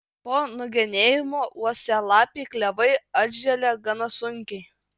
po nugenėjimo uosialapiai klevai atželia gana sunkiai